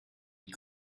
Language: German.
wie